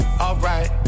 alright